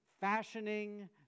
fashioning